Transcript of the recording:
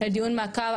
לדיון מעקב,